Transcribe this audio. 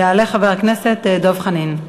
יעלה חבר הכנסת דב חנין.